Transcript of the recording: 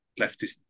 leftist